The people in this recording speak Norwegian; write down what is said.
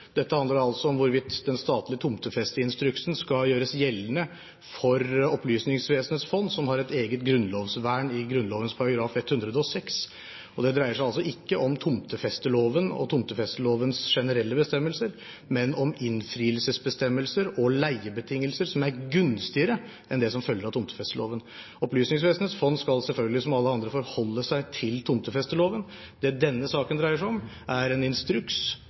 Dette handler altså om hvorvidt den statlige tomtefesteinstruksen skal gjøres gjeldende for Opplysningsvesenets fond, som har et eget grunnlovsvern i Grunnloven § 106. Det dreier seg altså ikke om tomtefesteloven og tomtefestelovens generelle bestemmelser, men om innfrielsesbestemmelser og leiebetingelser som er gunstigere enn det som følger av tomtefesteloven. Opplysningsvesenets fond skal selvfølgelig, som alle andre, forholde seg til tomtefesteloven. Det denne saken dreier seg om, er en instruks